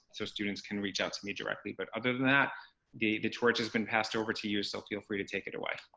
so students can reach out to me directly. but other than that the the torch has been passed over to you so feel free to take it away.